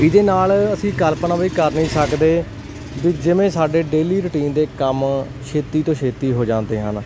ਇਹਦੇ ਨਾਲ ਅਸੀਂ ਕਲਪਨਾ ਵੀ ਕਰ ਨਹੀਂ ਸਕਦੇ ਜਿਵੇਂ ਸਾਡੇ ਡੇਲੀ ਰੂਟੀਨ ਦੇ ਕੰਮ ਛੇਤੀ ਤੋਂ ਛੇਤੀ ਹੋ ਜਾਂਦੇ ਹਨ